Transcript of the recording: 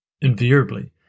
Invariably